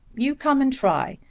you come and try.